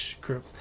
group